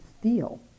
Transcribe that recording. feel